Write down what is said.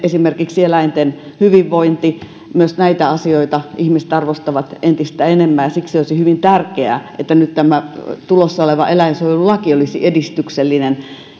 eläinten hyvinvointi myös näitä asioita ihmiset arvostavat entistä enemmän ja siksi olisi hyvin tärkeää että nyt tulossa oleva eläinsuojelulaki olisi edistyksellinen